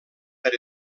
per